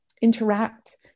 interact